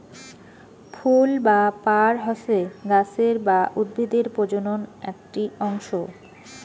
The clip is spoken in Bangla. ফুল বা পার হসে গাছের বা উদ্ভিদের প্রজনন আকটি অংশ